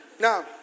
Now